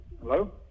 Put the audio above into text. Hello